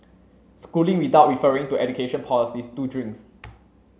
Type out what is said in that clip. schooling without referring to education policies is two drinks